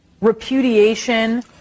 repudiation